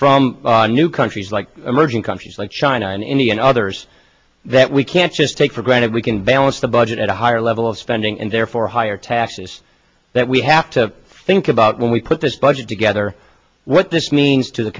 from new countries like emerging countries like china and india and others that we can't just take for granted we can balance the budget at a higher level of spending and therefore higher taxes that we have to think about when we put this budget together what this